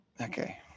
okay